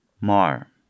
Mar